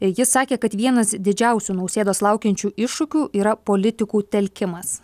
jis sakė kad vienas didžiausių nausėdos laukiančių iššūkių yra politikų telkimas